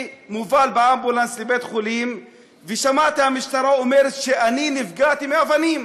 הובלתי באמבולנס לבית-החולים ושמעתי את המשטרה אומרת שנפגעתי מאבנים,